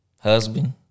husband